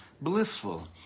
blissful